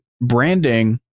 branding